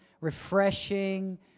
refreshing